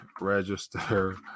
register